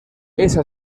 esa